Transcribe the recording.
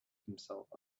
himself